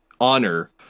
honor